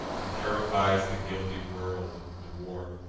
and terrifies the guilty world with war.